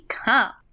come